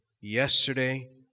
yesterday